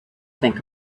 think